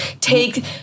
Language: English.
take